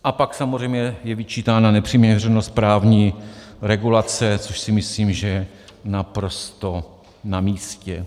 A pak samozřejmě je vyčítána nepřiměřenost právní regulace, což si myslím, že je naprosto namístě.